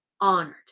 honored